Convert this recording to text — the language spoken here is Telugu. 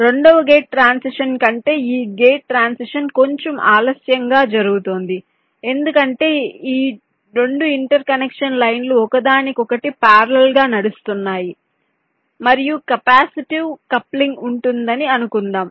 రెండవ గేట్ ట్రాన్సిషన్ కంటే ఈ గేట్ ట్రాన్సిషన్ కొంచెం ఆలస్యంగా జరుగుతోంది ఎందుకంటే ఈ 2 ఇంటర్ కనెక్షన్ లైన్ లు ఒకదానికొకటి పార్లల్ గా నడుస్తున్నాయి మరియు కెపాసిటివ్ కప్లింగ్ ఉంటుందని అనుకుందాం